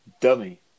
dummy